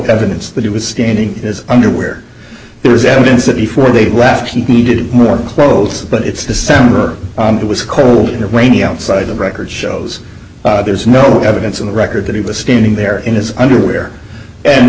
evidence that he was standing as underwear there is evidence that before they left he did more clothes but it's december it was cold and rainy outside the record shows there's no evidence in the record that he was standing there in his underwear and